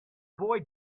boy